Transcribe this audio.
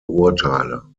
urteile